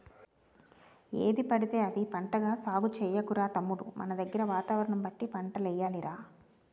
ఏదిపడితే అది పంటగా సాగు చెయ్యకురా తమ్ముడూ మనదగ్గర వాతావరణం బట్టి పంటలెయ్యాలి రా